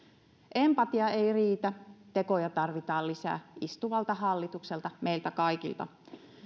empatia ei riitä tekoja tarvitaan lisää istuvalta hallitukselta ja meiltä kaikilta